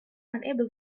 unable